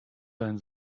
sein